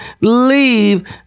leave